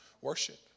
worship